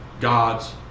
God's